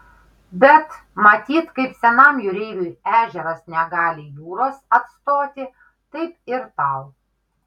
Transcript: bet matyt kaip senam jūreiviui ežeras negali jūros atstoti taip ir tau